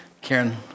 Karen